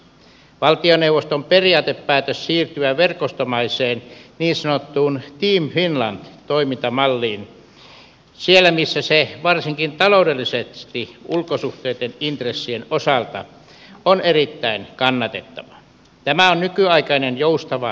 valtioneuvoston periaatepäätös siirtyä verkostomaiseen niin sanottuun team finland toimintamalliin siellä missä se varsinkin taloudellisesti ulkosuhteitten intressien osalta on erittäin kannatettavaa on nykyaikainen joustava verkostomainen toimintamalli